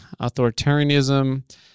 authoritarianism